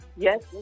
Yes